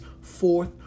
fourth